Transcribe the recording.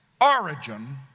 origin